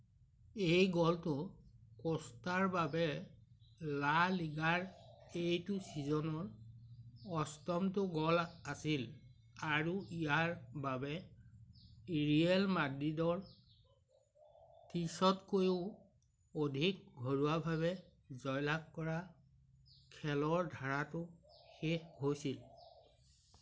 এই গ'লটো কোষ্টাৰ বাবে লা লিগাৰ এইটো ছিজনৰ অষ্টমটো গ'ল আছিল আৰু ইয়াৰ বাবে ৰিয়েল মাদ্ৰিদৰ ত্ৰিছতকৈও অধিক ঘৰুৱাভাৱে জয়লাভ কৰা খেলৰ ধাৰাটো শেষ হৈছিল